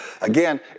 Again